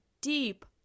deep